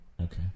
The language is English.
Okay